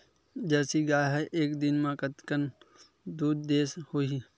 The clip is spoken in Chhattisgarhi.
जर्सी गाय ह एक दिन म कतेकन दूध देत होही?